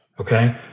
okay